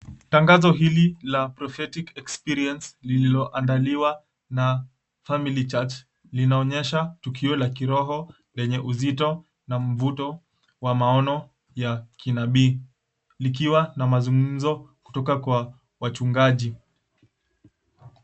Tangazo hili la, Prophetic Experience, lililoandaliwa na Family Church. Linaonyesha tukio la kiroho, lenye uzito na mvuto wa maono ya kinabii. Likiwa na mazungumzo, kutoka kwa wachungaji.